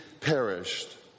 perished